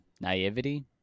naivety